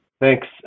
Thanks